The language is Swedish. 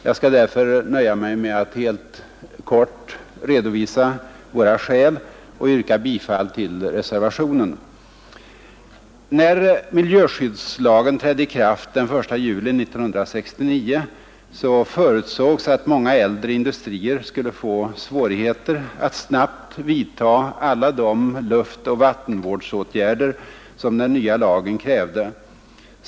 Jag skall därför nöja mig med att helt kort redovisa våra skäl och yrka bifall till reservationen. När miljöskyddslagen trädde i kraft den 1 juli 1969 förutsågs att många äldre industrier skulle få svårigheter att snabbt vidta alla de vattenoch luftvårdande åtgärder som den nya lagen krävde.